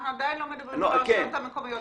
אנחנו עדיין לא מדברים על הרשויות המקומיות.